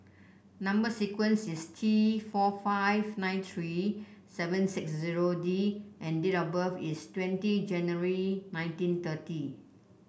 number sequence is T four five nine three seven six zero D and date of birth is twenty January nineteen thirty